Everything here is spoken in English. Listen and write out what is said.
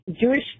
Jewish